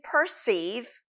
perceive